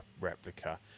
replica